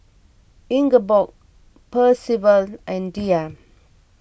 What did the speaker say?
Ingeborg Percival and Diya